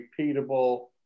repeatable